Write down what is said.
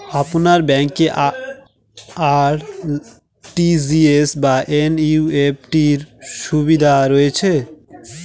আপনার ব্যাংকে আর.টি.জি.এস বা এন.ই.এফ.টি র সুবিধা রয়েছে?